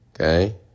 Okay